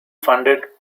funded